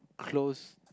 close